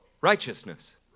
righteousness